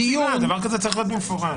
דבר כזה צריך להיות במפורש.